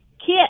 kit